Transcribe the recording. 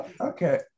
Okay